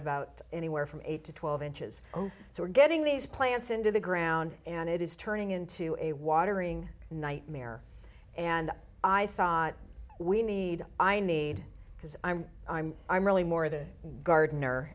about anywhere from eight to twelve inches so we're getting these plants into the ground and it is turning into a watering nightmare and i thought we need i need because i'm i'm i'm really more the gardener